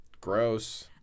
Gross